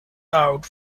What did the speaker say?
out